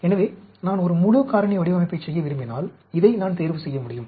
எனவே நான் ஒரு முழு காரணி வடிவமைப்பை செய்ய விரும்பினால் இதை நான் தேர்வு செய்ய முடியும்